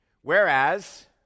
Whereas